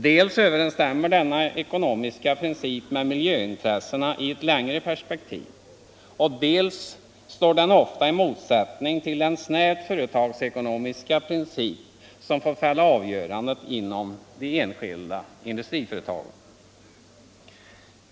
Dels överensstämmer denna ekonomiska princip med miljöintressena i ett längre perspektiv, dels står den ofta i motsättning till den snävt företagsekonomiska princip som får fälla avgörandet inom de enskilda industriföretagen.